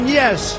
yes